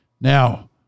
Now